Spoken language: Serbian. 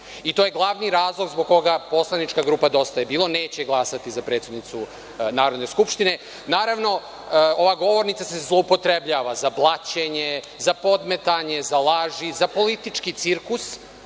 i to je glavni razlog zbog koga poslanička grupa „Dosta je bilo“ neće glasati za predsednicu Narodne skupštine. Naravno, ova govornica se zloupotrebljava za blaćenje, za podmetanje, za laži, za politički cirkus,